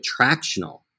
attractional